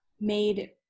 made